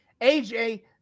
AJ